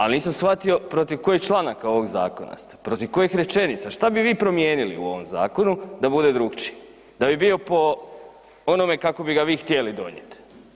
A nisam shvatio protiv kojih članaka ovog zakona ste, protiv kojih rečenica, što bi vi promijenili u ovom zakonu da bude drukčiji, da bi bio po onome kako bi ga vi htjeli dolje?